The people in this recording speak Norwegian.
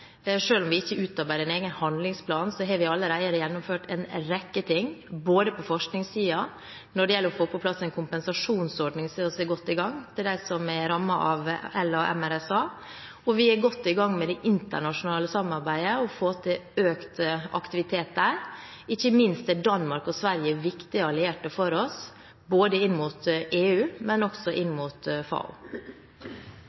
om vi ikke utarbeider en egen handlingsplan, har vi allerede gjennomført en rekke ting på forskningssiden. Når det gjelder å få på plass en kompensasjonsordning for dem som er rammet av LA-MRSA, er vi godt i gang. Og vi er godt i gang med å få til økt aktivitet i det internasjonale samarbeidet. Ikke minst er Danmark og Sverige viktige allierte for oss, både inn mot EU og inn mot